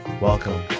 Welcome